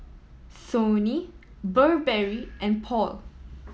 Sony Burberry and Paul